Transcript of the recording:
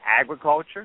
agriculture